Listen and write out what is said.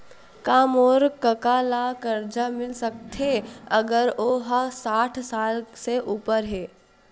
का मोर कका ला कर्जा मिल सकथे अगर ओ हा साठ साल से उपर हे?